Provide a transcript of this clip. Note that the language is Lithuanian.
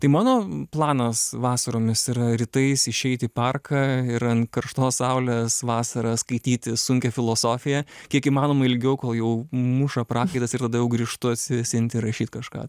tai mano planas vasaromis yra rytais išeiti į parką ir ant karštos saulės vasarą skaityti sunkią filosofiją kiek įmanoma ilgiau kol jau muša prakaitas ir tada jau grįžtu atsivėsinti ir rašyt kažką